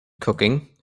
cooking